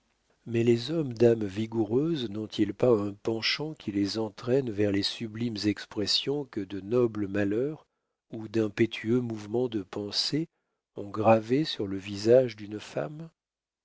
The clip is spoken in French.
mais les hommes d'âme vigoureuse n'ont-ils pas un penchant qui les entraîne vers les sublimes expressions que de nobles malheurs ou d'impétueux mouvements de pensées ont gravées sur le visage d'une femme